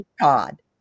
God